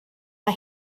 mae